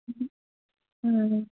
ம் ம் ம்